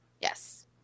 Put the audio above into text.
Yes